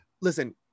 Listen